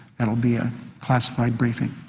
that will be a classified briefing.